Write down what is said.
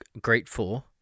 grateful